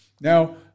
Now